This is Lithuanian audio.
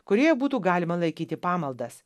kurioje būtų galima laikyti pamaldas